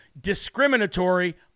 discriminatory